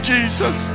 Jesus